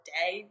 day